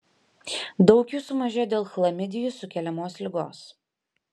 daug jų sumažėjo dėl chlamidijų sukeliamos ligos